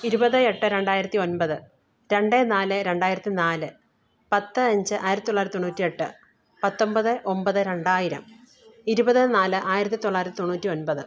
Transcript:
ഇരുപത് എട്ട് രണ്ടായിരത്തി ഒൻപത് രണ്ട് നാല് രണ്ടായിരത്തി നാല് പത്ത് അഞ്ച് ആയിരത്തി തൊള്ളായിരത്തി തൊണ്ണൂറ്റിയെട്ട് പത്തൊമ്പത് ഒമ്പത് രണ്ടായിരം ഇരുപതേ നാല് ആയിരത്തി തൊള്ളായിരത്തി തൊണ്ണൂറ്റി ഒൻപത്